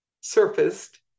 surfaced